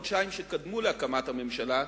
בחודשיים שקדמו להקמת הממשלה.